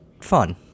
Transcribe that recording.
fun